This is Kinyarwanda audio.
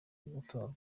gutorwa